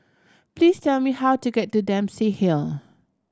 please tell me how to get to Dempsey Hill